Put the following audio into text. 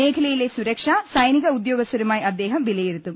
മേഖലയിലെ സുരക്ഷ സൈനിക ഉദ്യോഗസ്ഥരുമായി അദ്ദേഹം വില യിരുത്തും